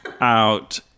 out